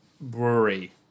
brewery